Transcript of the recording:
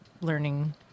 learning